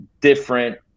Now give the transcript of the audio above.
different